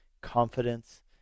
confidence